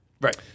Right